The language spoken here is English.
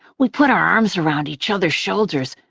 we put our arms around each other's shoulders,